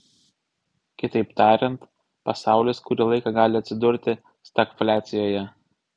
kitaip tariant pasaulis kurį laiką gali atsidurti stagfliacijoje